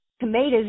Tomatoes